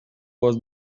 was